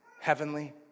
heavenly